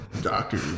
doctor